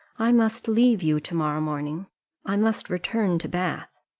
i must leave you to-morrow morning i must return to bath.